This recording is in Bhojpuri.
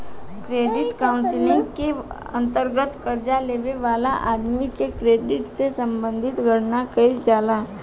क्रेडिट काउंसलिंग के अंतर्गत कर्जा लेबे वाला आदमी के क्रेडिट से संबंधित गणना कईल जाला